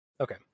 Okay